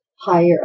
higher